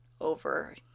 over